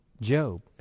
Job